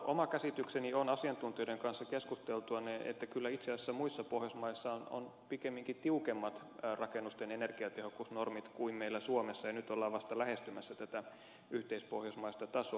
oma käsitykseni on asiantuntijoiden kanssa keskusteltuani että kyllä itse asiassa muissa pohjoismaissa on pikemminkin tiukemmat rakennusten energiatehokkuusnormit kuin meillä suomessa ja nyt ollaan vasta lähestymässä tätä yhteispohjoismaista tasoa